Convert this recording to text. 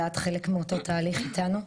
את חלק מאותו תהליך איתנו,